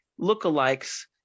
lookalikes